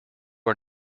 are